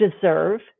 deserve